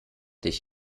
dich